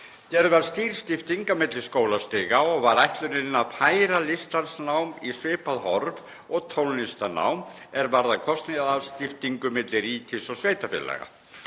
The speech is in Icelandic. Gerð var skýr skipting á milli skólastiga og var ætlunin að færa listdansnám í svipað horf og tónlistarnám er varðaði kostnaðarskiptingu milli ríkis og sveitarfélaga.